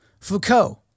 Foucault